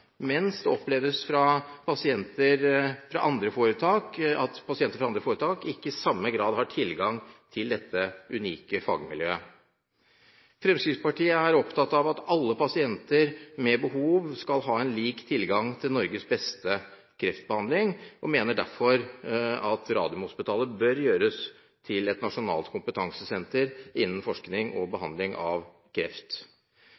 mens det oppleves at pasienter fra andre foretak ikke i samme grad har tilgang til dette unike fagmiljøet. Fremskrittspartiet er opptatt av at alle pasienter med behov skal ha lik tilgang til Norges beste kreftbehandling og mener derfor at Radiumhospitalet bør gjøres om til et nasjonalt kompetansesenter innen forskning og